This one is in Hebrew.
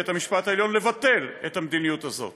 בית המשפט העליון לבטל את המדיניות הזאת?